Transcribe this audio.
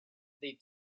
they